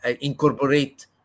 incorporate